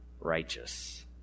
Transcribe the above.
righteous